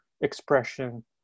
expression